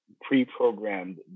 pre-programmed